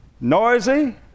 noisy